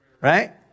right